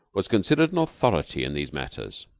was considered an authority in these matters.